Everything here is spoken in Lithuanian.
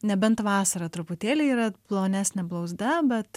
nebent vasarą truputėlį yra plonesnė blauzda bet